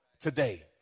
today